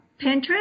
Pinterest